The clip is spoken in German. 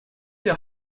der